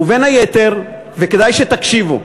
ובין היתר, וכדאי שתקשיבו,